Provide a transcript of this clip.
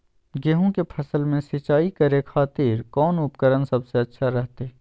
गेहूं के फसल में सिंचाई करे खातिर कौन उपकरण सबसे अच्छा रहतय?